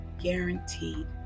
guaranteed